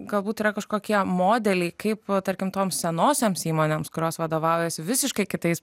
galbūt yra kažkokie modeliai kaip tarkim toms senosioms įmonėms kurios vadovaujasi visiškai kitais